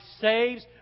saves